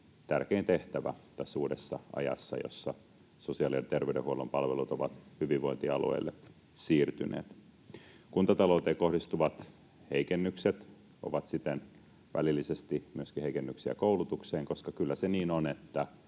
tärkein tehtävä tässä uudessa ajassa, jossa sosiaali- ja terveydenhuollon palvelut ovat hyvinvointialueille siirtyneet. Kuntatalouteen kohdistuvat heikennykset ovat siten välillisesti myöskin heikennyksiä koulutukseen, koska kyllä se niin on, että